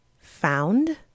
found